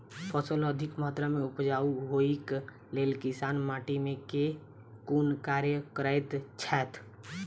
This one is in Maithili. फसल अधिक मात्रा मे उपजाउ होइक लेल किसान माटि मे केँ कुन कार्य करैत छैथ?